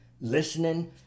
listening